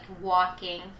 walking